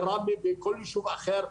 ראמה או כל ישוב אחר,